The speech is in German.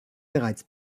bereits